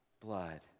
blood